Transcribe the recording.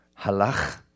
halach